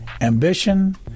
ambition